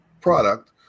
product